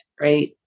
right